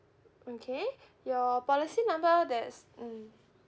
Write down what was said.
okay your policy number that s~ mm